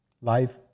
Life